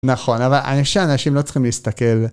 נכון, אבל אני חושב שאנשים לא צריכים להסתכל.